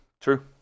True